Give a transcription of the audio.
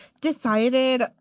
decided